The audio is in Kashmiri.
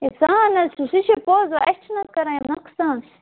ہے سُہ ہَن حظ چھُ سُہ چھُ پوٚز اَسہِ چھِنہٕ حظ کَران یِم نۄقصان